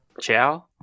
Ciao